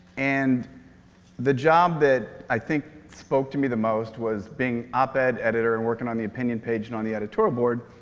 and the job that i think spoke to me the most was being op-ed editor and working on the opinion page and on the editorial board.